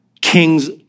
king's